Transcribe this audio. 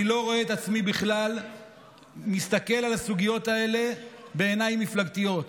אני לא רואה את עצמי בכלל מסתכל על הסוגיות האלה בעיניים מפלגתיות.